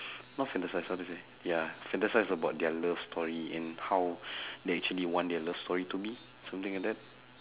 not fantasise how to say ya fantasise about their love story and how they actually want their love story to be something like that